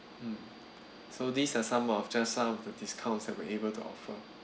mm so these are some of just some of the discounts that we're able to offer